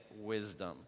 wisdom